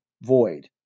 void